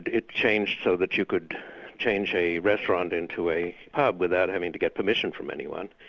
it changed so that you could change a restaurant into a pub without having to get permission from anyone,